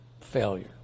failure